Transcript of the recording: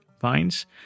vines